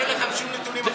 אין לכם שום נתונים.